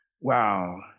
Wow